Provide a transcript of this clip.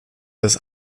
das